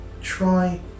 try